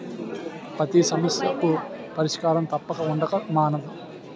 పతి సమస్యకు పరిష్కారం తప్పక ఉండక మానదు